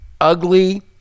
ugly